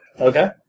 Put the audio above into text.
Okay